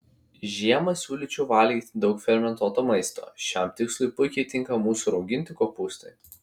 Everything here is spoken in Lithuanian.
žiemą siūlyčiau valgyti daug fermentuoto maisto šiam tikslui puikiai tinka mūsų rauginti kopūstai